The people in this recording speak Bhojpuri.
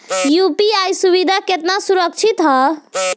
यू.पी.आई सुविधा केतना सुरक्षित ह?